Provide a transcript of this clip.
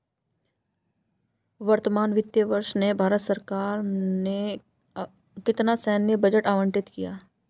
वर्तमान वित्तीय वर्ष में भारत सरकार ने कितना सैन्य बजट आवंटित किया?